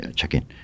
check-in